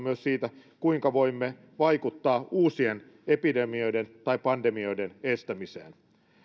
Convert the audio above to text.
myös siitä kuinka voimme vaikuttaa uusien epidemioiden tai pandemioiden estämiseen